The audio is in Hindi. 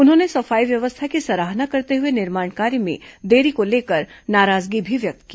उन्होंने सफाई व्यवस्था की सराहना करते हुए निर्माण कार्य में देरी को लेकर नाराजगी भी व्यक्त की